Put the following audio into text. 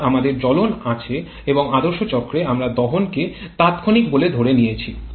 সুতরাং আমাদের জ্বলন আছে এবং আদর্শ চক্রে আমরা দহনকে তাৎক্ষণিক বলে ধরে নিয়েছি